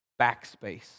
backspace